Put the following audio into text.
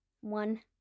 one